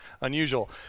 unusual